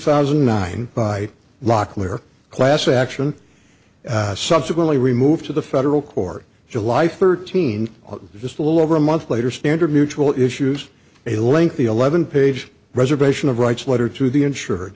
nine by law clear class action subsequently removed to the federal court july thirteenth just a little over a month later standard mutual issues a lengthy eleven page reservation of rights letter to the insure